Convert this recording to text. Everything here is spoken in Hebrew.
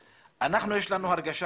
לנו יש כל הזמן הרגשה,